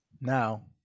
Now